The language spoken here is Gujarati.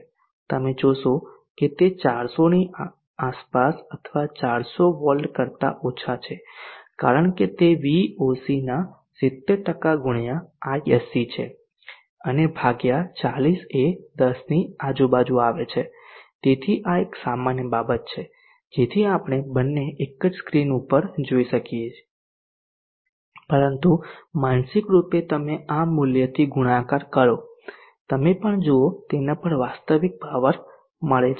તમે જોશો કે તે 400ની આસપાસ અથવા 400 વોલ્ટ કરતા ઓછા છે કારણકે તે VOC ના ૭૦ ગુણ્યા ISC છે અને ભાગ્યા ૪૦ એ 10ની આજુબાજુ આવે છે તેથી આ એક સામાન્ય બાબત છે જેથી આપણે બંને એક જ સ્ક્રીન પર જોઈ શકીએ પરંતુ માનસિક રૂપે તમે આ મૂલ્યથી ગુણાકાર કરો તમે જે પણ જુઓ તેના પર વાસ્તવિક પાવર મળે છે